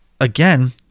again